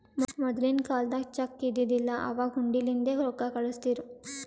ಮೊದಲಿನ ಕಾಲ್ದಾಗ ಚೆಕ್ ಇದ್ದಿದಿಲ್ಲ, ಅವಾಗ್ ಹುಂಡಿಲಿಂದೇ ರೊಕ್ಕಾ ಕಳುಸ್ತಿರು